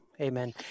Amen